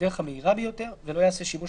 בדרך המהירה ביותר ולא יעשה שימוש